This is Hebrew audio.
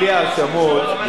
בלי האשמות,